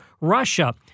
Russia